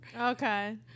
Okay